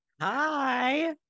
Hi